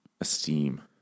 esteem